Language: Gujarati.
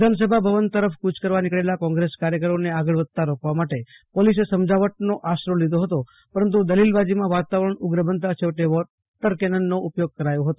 વિધાનસભા ભવન તરફ કુચ કરવા નીકળેલા કોંગ્રેસ કાર્યકરોને આગળ વધતા રોકવા માટે પોલીસે સમજાવટનો આશરો લીધો હતો પરંતુ દલીલબાજીમાં વાતાવરણ ઉગ્ર બનતા છેવટે વોટર કેનોનનો ઉપયોગ કરાયો હતો